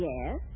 Yes